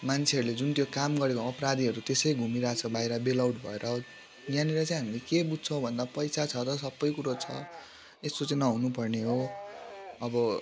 मान्छेहरूले जुन त्यो काम गरेको अपराधीहरू त्यसै घुमिरहेछ बाहिर बेल आउट भएर यहाँनिर चाहिँ हामी के बुझ्छौँ भन्दा पैसा छ त सबै कुरो छ यस्तो चाहिँ नहुनु पर्ने हो अब